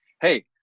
Hey